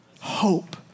hope